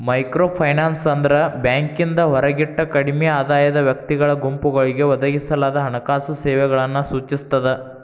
microfinance ಅಂದ್ರ ಬ್ಯಾಂಕಿಂದ ಹೊರಗಿಟ್ಟ ಕಡ್ಮಿ ಆದಾಯದ ವ್ಯಕ್ತಿಗಳ ಗುಂಪುಗಳಿಗೆ ಒದಗಿಸಲಾದ ಹಣಕಾಸು ಸೇವೆಗಳನ್ನ ಸೂಚಿಸ್ತದ